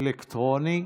האלקטרוני,